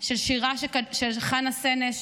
של שירה של חנה סנש,